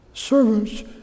Servants